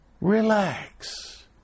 relax